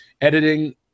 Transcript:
editing